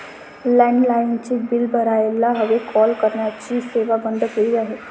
लँडलाइनचे बिल भरायला हवे, कॉल करण्याची सेवा बंद केली आहे